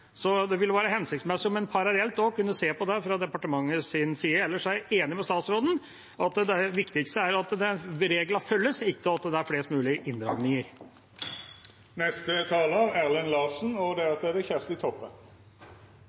Så det ville være hensiktsmessig om en parallelt også kunne se på det fra departementets side. Ellers er jeg enig med statsråden i at det viktigste er at reglene følges, ikke at det er flest mulig inndragninger. Det er riktig med en restriktiv alkoholpolitikk, og det er